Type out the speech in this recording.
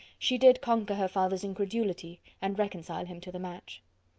she did conquer her father's incredulity, and reconcile him to the match.